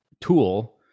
tool